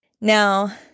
Now